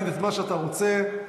כי שם גזענות.